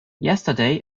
yesterday